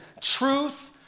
truth